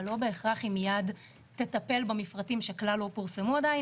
אבל לא בהכרח היא מיד תטפל במפרטים שכלל לא פורסמו עדיין.